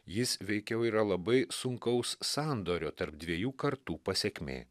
jis veikiau yra labai sunkaus sandorio tarp dviejų kartų pasekmė